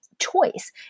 choice